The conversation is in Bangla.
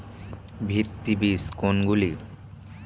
ভিত্তি বীজ কোনগুলি?